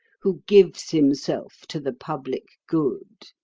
who gives himself to the public good?